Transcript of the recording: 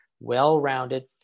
well-rounded